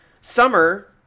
Summer